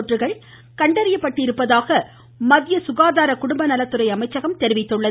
தொற்றுகள் கண்டறியப்பட்டுள்ளதாக மத்திய சுகாதார குடும்ப நலத்துறை அமைச்சகம் தெரிவித்துள்ளது